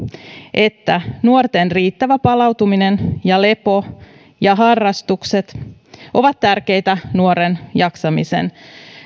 että nuorten riittävä palautuminen ja lepo ja harrastukset ovat tärkeitä nuoren jaksamisen